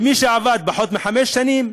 ומי שעבד פחות מחמש שנים